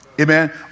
amen